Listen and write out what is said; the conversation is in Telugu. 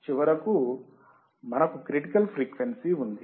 చివరకు మనకు క్రిటికల్ ఫ్రీక్వెన్సీ ఉంది